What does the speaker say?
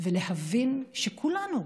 ולהבין שכולנו,